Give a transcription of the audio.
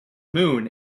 moon